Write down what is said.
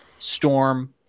storm